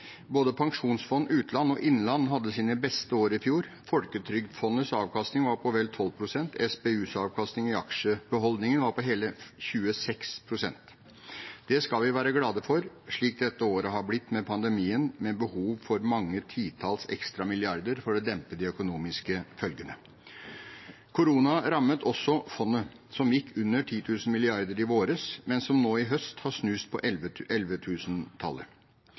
Både Pensjonsfond utland og innland hadde sitt beste år i fjor. Folketrygdfondets avkastning var på vel 12 pst. SPUs avkastning i aksjebeholdningen var på hele 26 pst. Det skal vi være glade for, slik dette året har blitt med pandemien, med behov for mange titalls ekstra milliarder for å dempe de økonomiske følgene. Koronaen rammet også fondet, som gikk under 10 000 mrd. kr i våres, men som nå i høst har snust på